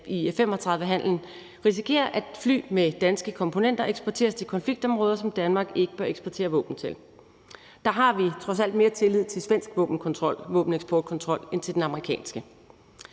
i F-35-handelen, risikerer, at fly med danske komponenter eksporteres til konfliktområder, som Danmark ikke bør eksportere våben til. Der har vi trods alt mere tillid til svensk våbeneksportkontrol end til den amerikanske.